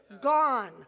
gone